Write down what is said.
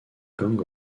gang